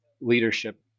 leadership